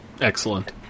Excellent